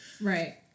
Right